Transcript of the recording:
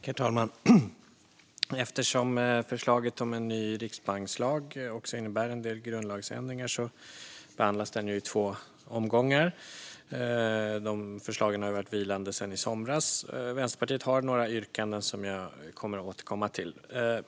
Herr talman! Eftersom förslaget om en ny riksbankslag också innebär en del grundlagsändringar behandlas det i två omgångar. Dessa förslag har varit vilande sedan i somras. Vänsterpartiet har några yrkanden, som jag kommer att återkomma till.